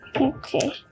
Okay